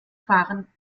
fahren